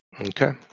Okay